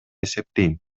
эсептейм